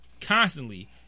constantly